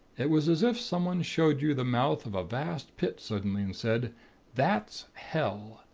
it was as if someone showed you the mouth of a vast pit suddenly, and said that's hell.